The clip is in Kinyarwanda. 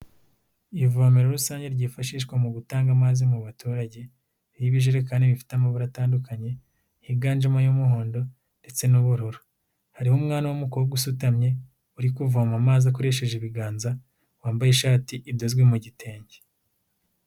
Ivomero rusange ryifashishwa mu gutanga amazi mu baturage, iriho ibijerekani bifite amabara atandukanye higanjemo ay'umuhondo ndetse n'ubururu, hariho umwana w'umukobwa usutamye uri kuvoma amazi akoresheje ibiganza, wambaye ishati idozwe mu gitenge.